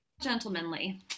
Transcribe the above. gentlemanly